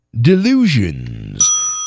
delusions